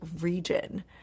region